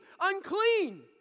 unclean